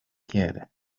quiere